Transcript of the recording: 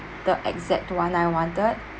the exact one I wanted